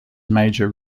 major